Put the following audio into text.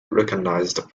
recognized